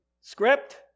script